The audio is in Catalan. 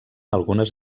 algunes